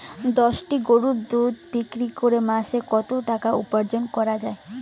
দশটি গরুর দুধ বিক্রি করে মাসিক কত টাকা উপার্জন করা য়ায়?